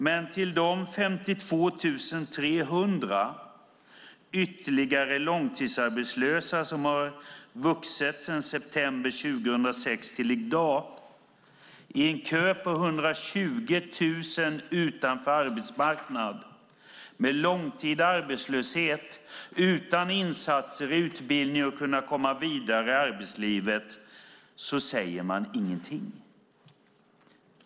Men till de 52 300 ytterligare långtidsarbetslösa som har vuxit i antal sedan september 2006 till i dag, i en kö på 120 000 utanför arbetsmarknaden, med långtida arbetslöshet, utan insatser och utbildning för att kunna komma vidare i arbetslivet säger regeringen ingenting.